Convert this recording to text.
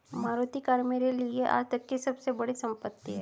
Maruti car मेरे लिए आजतक की सबसे बड़ी संपत्ति है